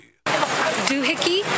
Doohickey